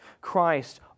Christ